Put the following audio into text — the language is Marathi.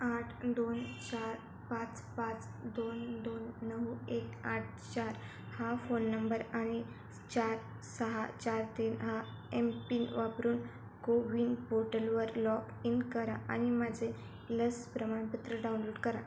आठ दोन चार पाच पाच दोन दोन नऊ एक आठ चार हा फोन नंबर आणि चार सहा चार तीन हा एम पिन वापरून कोविन पोर्टलवर लॉक इन करा आणि माझे लस प्रमाणपत्र डाउनलोड करा